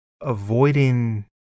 avoiding